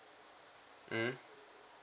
mm